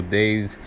days